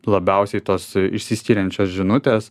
labiausiai tos išsiskiriančios žinutės